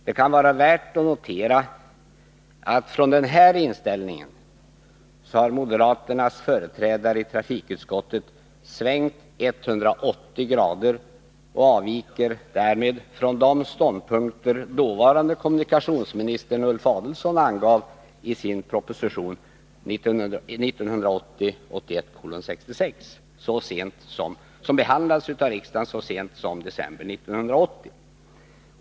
Det kan vara värt att notera att från den här inställningen har moderaternas företrädare i trafikutskottet svängt 180 grader och avviker därmed från de ståndpunkter dåvarande kommunikationsministern Ulf Adelsohn angav i sin proposition 1980/81:66, som behandlades av riksdagen så sent som i december 1980.